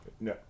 No